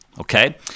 okay